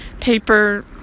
paper